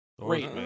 Great